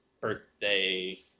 birthday